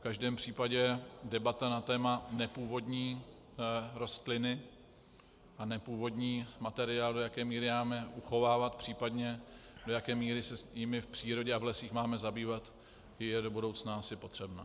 V každém případě debata na téma nepůvodní rostliny a nepůvodní materiál, do jaké míry máme uchovávat, případně do jaké míry se jimi v přírodě a v lesích máme zabývat, je do budoucna asi potřebná.